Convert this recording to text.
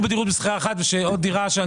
אני